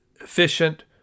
efficient